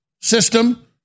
system